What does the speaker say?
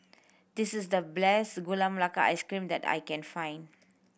this is the bless Gula Melaka Ice Cream that I can find